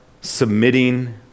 submitting